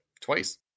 twice